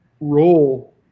role